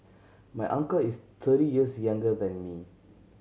my uncle is thirty years younger than me